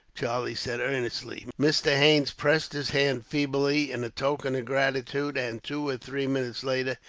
charlie said earnestly. mr. haines pressed his hand feebly, in token of gratitude and, two or three minutes later,